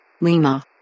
Lima